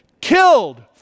killed